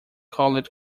called